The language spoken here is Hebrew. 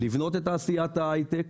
לבנות את תעשיית ההיי-טק,